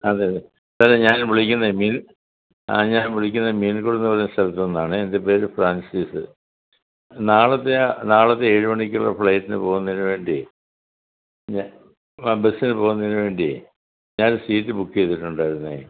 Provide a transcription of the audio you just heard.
അതെ അതേ ഞാൻ വിളിക്കുന്നത് മിൽ ആ ഞാൻ വിളിക്കുന്നത് മിൽബോ എന്ന് പറയുന്ന സ്ഥലത്തുനിന്നാണേ എൻ്റെ പേര് ഫ്രാൻസിസ് നാളത്തെ ആ നാളത്തെ ഏഴ് മണിക്കുള്ള ഫ്ലൈറ്റിന് പോവുന്നതിന് വേണ്ടിയേ ഞ ആ ബസ്സിന് പോവുന്നതിന് വേണ്ടിയേ ഞാൻ ഒരു സീറ്റ് ബുക്ക് ചെയ്തിട്ടുണ്ടായിരുന്നേ